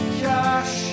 cash